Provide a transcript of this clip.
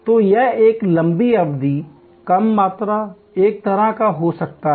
तो यह एक लंबी अवधि कम मात्रा एक तरह का हो सकता है